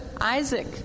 Isaac